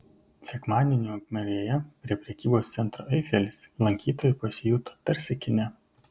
sekmadienį ukmergėje prie prekybos centro eifelis lankytojai pasijuto tarsi kine